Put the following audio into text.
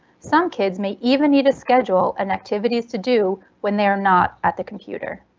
some kids may even need a schedule and activities to do when they're not at the computer.